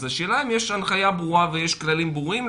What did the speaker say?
אז השאלה אם יש הנחיה ברורה וכללים ברורים,